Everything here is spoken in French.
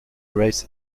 grace